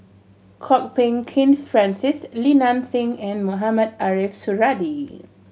Kwok Peng Kin Francis Li Nanxing and Mohamed Ariff Suradi